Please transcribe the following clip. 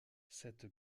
cette